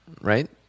right